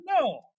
No